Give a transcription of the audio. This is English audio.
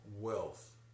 wealth